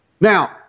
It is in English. Now